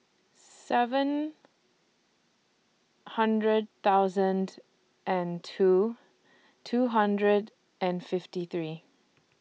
seven hundred thousand and two two hundred and fifty three